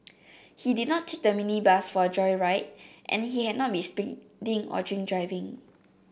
he did not take the minibus for a joyride and he had not been speeding or drink driving